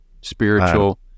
spiritual